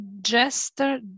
Jester